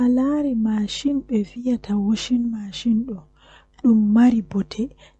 Ndikkinami mi dilli haa dow keke taya